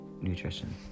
nutrition